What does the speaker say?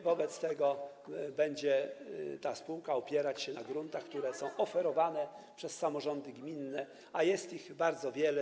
Wobec tego ta spółka będzie opierać się na gruntach, które są oferowane przez samorządy gminne, a jest ich bardzo wiele.